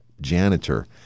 janitor